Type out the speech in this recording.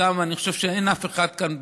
אני חושב שגם אין אף אחד כאן במליאה,